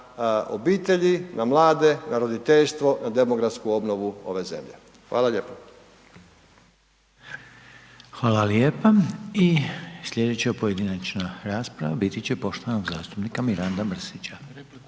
obitelji, na mlade, na roditeljstvo, na demografsku obnovu ove zemlje. Hvala lijepo. **Reiner, Željko (HDZ)** Hvala lijepa. I slijedeća pojedinačna rasprava biti će poštovanog zastupnika Miranda Mrsića.